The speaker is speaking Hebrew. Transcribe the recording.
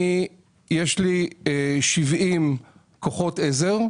יש לי כ-70 כוחות עזר,